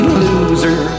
loser